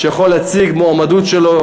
כל אחד יכול להציג את המועמדות שלו,